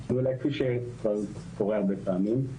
תפנו אלי כפי שכבר קורה הרבה פעמים.